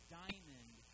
diamond